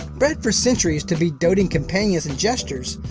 bred for centuries to be doting companions and jesters,